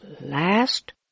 last